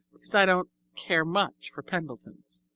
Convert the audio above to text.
because i don't care much for pendletons.